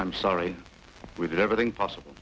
i'm sorry we did everything possible